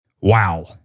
Wow